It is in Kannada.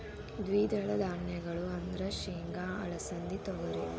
ದ್ವಿದಳ ಧಾನ್ಯಗಳು ಅಂದ್ರ ಸೇಂಗಾ, ಅಲಸಿಂದಿ, ತೊಗರಿ